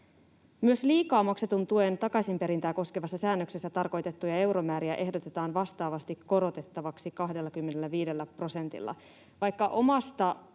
Myös liikaa maksetun tuen takaisinperintää koskevassa säännöksessä tarkoitettuja euromääriä ehdotetaan vastaavasti korotettavaksi 25 prosentilla.